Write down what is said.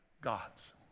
gods